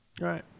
Right